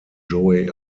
joey